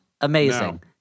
Amazing